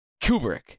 Kubrick